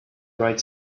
bright